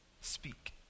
speak